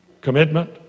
Commitment